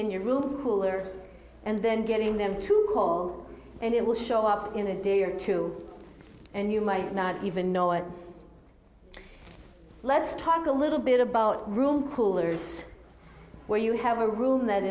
in your room color and then getting them to call and it will show up in a day or two and you might not even know it let's talk a little bit about room coolers where you have a room that